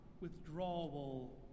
withdrawal